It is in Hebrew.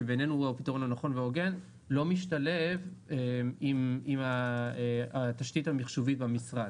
שבעיננו הוא פתרון הנכון וההוגן לא משתלב עם התשתית המיחשובית של המשרד.